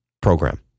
program